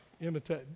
imitate